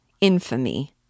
infamy